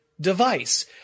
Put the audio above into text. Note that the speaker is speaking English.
device